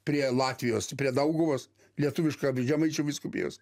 prie latvijos prie dauguvos lietuviškam žemaičių vyskupijos